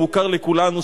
המוכר לכולנו,